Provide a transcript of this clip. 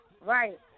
Right